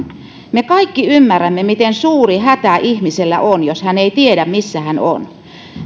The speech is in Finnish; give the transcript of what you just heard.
me kaikki ymmärrämme miten suuri hätä ihmisellä on jos hän ei tiedä missä hän on